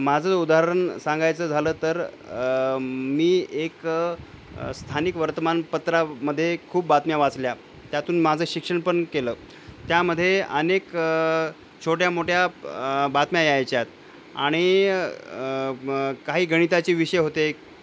माझं उदाहरण सांगायचं झालं तर मी एक स्थानिक वर्तमानपत्रामध्ये खूप बातम्या वाचल्या त्यातून माझं शिक्षणपण केलं त्यामध्ये अनेक छोट्या मोठ्या बातम्या यायच्या आणि काही गणिताचे विषय होते